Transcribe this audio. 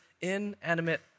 inanimate